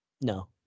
No